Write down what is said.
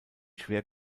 schwer